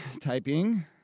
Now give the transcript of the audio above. typing